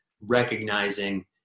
recognizing